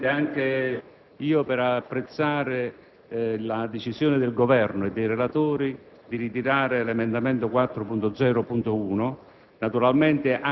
intervengo anch'io per apprezzare la decisione del Governo e dei relatori di ritirare l'emendamento 4.0.100.